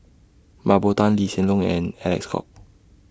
Mah Bow Tan Lee Hsien Loong and Alec Kuok